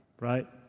right